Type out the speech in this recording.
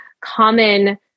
common